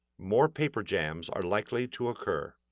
more paper jams are likely to occur.